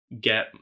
get